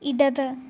ഇടത്